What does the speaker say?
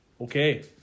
Okay